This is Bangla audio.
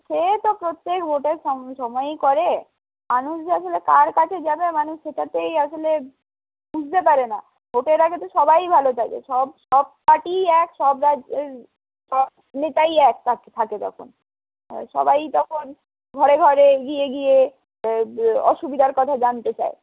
সে তো প্রত্যেক ভোটের সম সময়েই করে মানুষ যে আসলে কার কাছে যাবে মানুষ সেটাতেই আসলে বুঝতে পারেনা ভোটের আগে তো সবাই ভালো থাকে সব পার্টিই এক সব রাজ সব নেতাই এক থাকে তখন সবাই তখন ঘরে ঘরে গিয়ে গিয়ে অসুবিধার কথা জানতে চায়